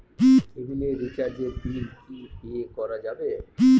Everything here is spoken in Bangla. কেবিলের রিচার্জের বিল কি পে করা যাবে?